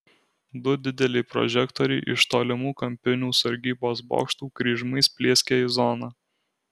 du dideli prožektoriai iš tolimų kampinių sargybos bokštų kryžmais plieskė į zoną